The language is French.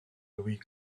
louis